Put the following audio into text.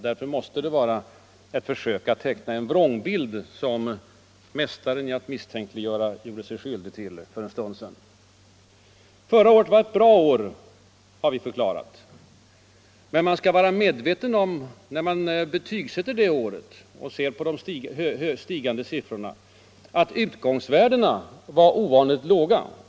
Därför var det ett försök att teckna en vrångbild som mästaren i att misstänkliggöra gjorde sig skyldig till för en stund sedan. Förra året var ett bra år, har vi förklarat. Men när man betygsätter det året och ser på de stigande siffrorna skall man vara medveten om att utgångsvärdena var ovanligt låga.